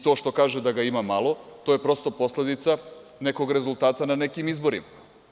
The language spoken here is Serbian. To što kaže da ga ima malo, to je prosto posledica nekog rezultata na nekim izborima.